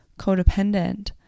codependent